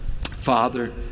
Father